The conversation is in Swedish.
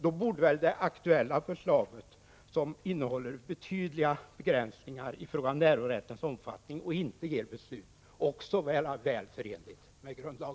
Då borde väl det aktuella förslaget, som innehåller betydliga begränsningar i fråga om närvarorättens omfattning, också vara väl förenligt med grundlagen.